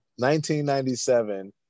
1997